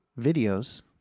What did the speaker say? videos